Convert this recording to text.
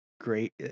great